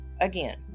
again